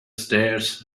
stairs